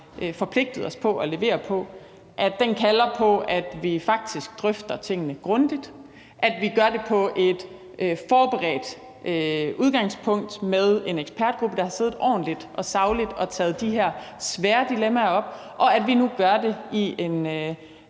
forpligtet os på at levere på, kalder på, at vi faktisk drøfter tingene grundigt, at vi gør det på et forberedt udgangspunkt med en ekspertgruppe, der har siddet ordentligt og sagligt og taget de her svære dilemmaer op, og at vi nu gør det i en